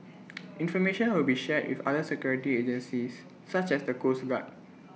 information will be shared with other security agencies such as the coast guard